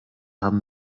haben